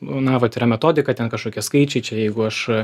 na vat yra metodika ten kažkokie skaičiai čia jeigu aš